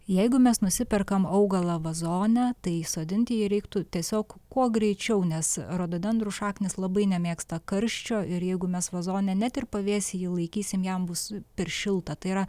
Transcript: jeigu mes nusiperkam augalą vazone tai sodinti jį reiktų tiesiog kuo greičiau nes rododendrų šaknys labai nemėgsta karščio ir jeigu mes vazone net ir pavėsy jį laikysim jam bus per šilta tai yra